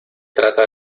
trata